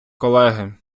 колеги